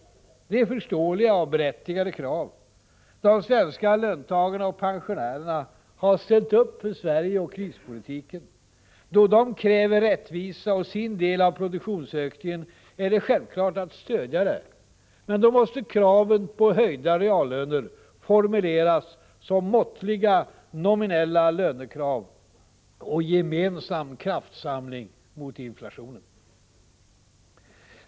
Det är förståeliga och berättigade krav; de svenska löntagarna och pensionärerna har ställt upp för Sverige och för krispolitiken. Då de kräver rättvisa och sin del av produktionsökningen är det självklart att stödja det — men då måste kraven på höjda reallöner formuleras som måttliga nominella lönekrav och gemensam kraftsamling mot inflationen.